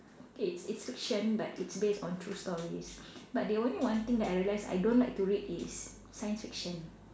it's it's fiction but it's based on true stories but the only one thing that I realise I don't like to read is science fiction